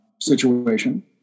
situation